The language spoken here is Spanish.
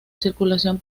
circulación